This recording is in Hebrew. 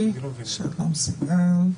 אין לה זכר במדינות אחרות,